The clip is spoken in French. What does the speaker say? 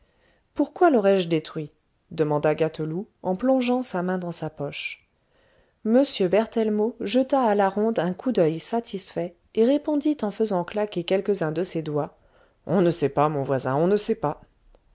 pourquoi l'aurais-je détruit demanda gâteloup en plongeant sa main dans sa poche m berthellemot jeta à la ronde un coup d'oeil satisfait et répondit en faisant claquer quelques-uns de ses doigts on ne sait pas mon voisin on ne sait pas